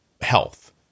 health